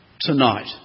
tonight